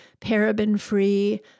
paraben-free